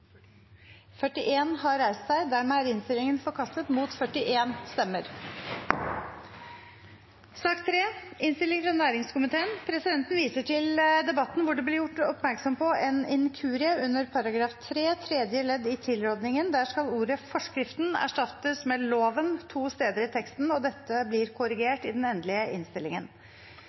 Presidenten viser til debatten, hvor det ble gjort oppmerksom på en inkurie under § 3 tredje ledd i tilrådingen. Der skal ordet «forskriften» erstattes med «loven» to steder i teksten. Dette blir korrigert i den endelige innstillingen.